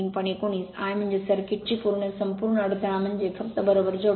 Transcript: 19 I म्हणजे circuit ची संपूर्ण अडथळा म्हणजे फक्त बरोबर जोडणे